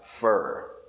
fur